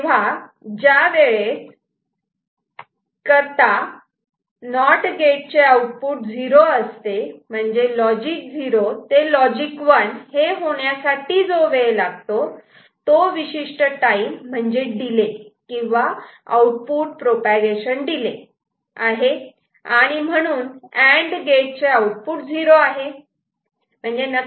तेव्हा ज्या वेळेस करता नॉट गेटचे आउटपुट 0 असते म्हणजे म्हणजेच लॉजिक 0 ते लॉजिक 1 हे होण्यासाठी जो वेळ लागतो तो विशिष्ट टाइम म्हणजे डिले किंवा आउटपुट प्रोपागेशन डिले आणि म्हणून अँड गेटचे आउटपुट 0 आहे